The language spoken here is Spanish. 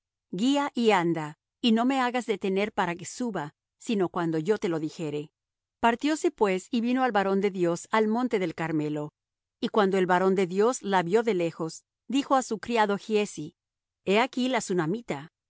guía y anda y no me hagas detener para que suba sino cuando yo te lo dijere partióse pues y vino al varón de dios al monte del carmelo y cuando el varón de dios la vió de lejos dijo á su criado giezi he aquí la sunamita